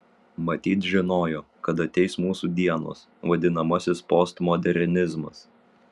matyt žinojo kad ateis mūsų dienos vadinamasis postmodernizmas